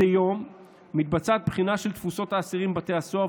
מדי יום מתבצעת בחינה של תפוסות האסירים בבתי הסוהר,